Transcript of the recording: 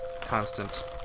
constant